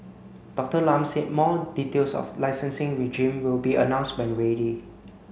Doctor Lam said more details of licensing regime will be announced when ready